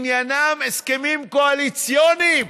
עניינם הסכמים קואליציוניים,